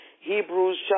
Hebrews